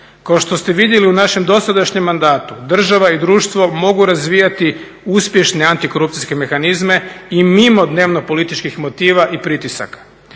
Kao što ste vidjeli u našem dosadašnjem mandatu, država i društvo mogu razvijati uspješne antikorupcijske mehanizme i mimo dnevno političkih motiva i pritisaka